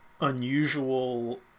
unusual